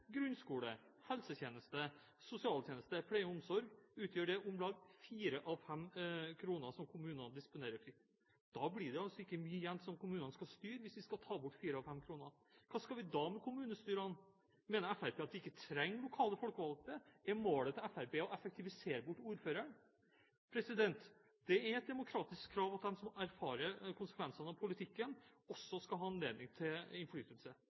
grunnskole, helsetjeneste, sosialtjeneste, pleie og omsorg – utgjør det om lag fire av fem kroner som kommunene disponerer fritt. Da blir det ikke mye igjen som kommune skal styre, hvis vi skal ta vekk fire av fem kroner. Hva skal vi da med kommunestyrene? Mener Fremskrittspartiet at vi ikke trenger lokale folkevalgte? Er målet til Fremskrittspartiet å effektivisere bort ordføreren? Det er et demokratisk krav at de som erfarer konsekvensene av politikken, også skal ha anledning til innflytelse.